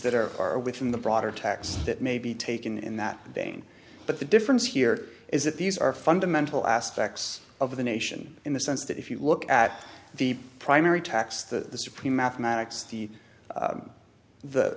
that are are within the broader tax that may be taken in that vein but the difference here is that these are fundamental aspects of the nation in the sense that if you look at the primary tax the supreme mathematics the